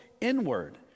inward